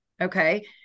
Okay